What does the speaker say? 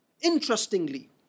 Interestingly